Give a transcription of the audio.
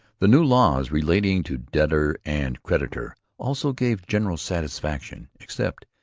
the new laws relating to debtor and creditor also gave general satisfaction, except,